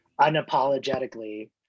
unapologetically